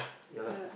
ya lah